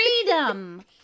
freedom